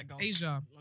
Asia